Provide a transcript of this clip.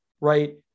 right